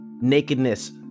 nakedness